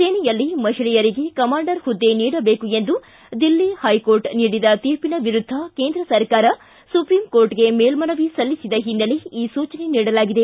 ಸೇನೆಯಲ್ಲಿ ಮಹಿಳೆಯರಿಗೆ ಕಮಾಂಡರ್ ಪುದ್ದೆ ನೀಡಬೇಕು ಎಂದು ದಿಲ್ಲಿ ಹೈಕೋರ್ಟ್ ನೀಡಿದ ತೀರ್ಪಿನ ವಿರುದ್ದ ಕೇಂದ್ರ ಸರ್ಕಾರ ಸುಪ್ರೀಂ ಕೋರ್ಟ್ಗೆ ಮೇಲ್ಮನವಿ ಸಲ್ಲಿಸಿದ ಹಿನ್ನೆಲೆ ಈ ಸೂಚನೆ ನೀಡಲಾಗಿದೆ